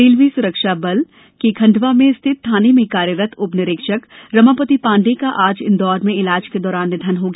railway सुरक्षा बल RPF के खंडवा में स्थित थाने में कार्यरत उप निरीक्षक रमापति पांडे का आज इंदौर में इलाज के दौरान निधन हो गया